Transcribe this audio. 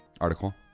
article